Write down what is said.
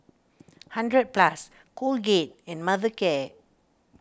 hundred Plus Colgate and Mothercare